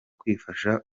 kwifasha